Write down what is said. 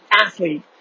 athlete